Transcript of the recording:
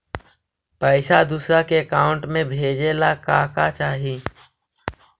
पैसा दूसरा के अकाउंट में भेजे ला का का चाही?